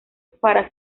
para